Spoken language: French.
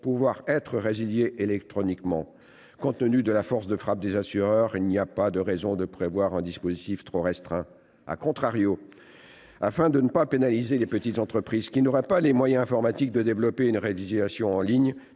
pouvoir être résiliés électroniquement. Compte tenu de la force de frappe des assureurs, il n'y a pas de raison de prévoir un dispositif trop restreint., afin de ne pas pénaliser les petites entreprises qui n'auraient pas les moyens informatiques de développer une résiliation en ligne,